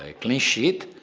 ah clean sheet,